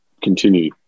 continue